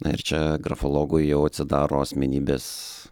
na ir čia grafologui jau atsidaro asmenybės